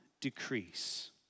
decrease